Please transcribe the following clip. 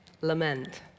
lament